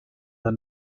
are